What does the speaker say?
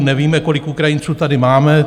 Nevíme, kolik Ukrajinců tady máme.